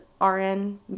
rn